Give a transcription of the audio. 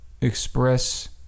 express